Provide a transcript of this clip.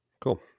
cool